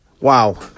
Wow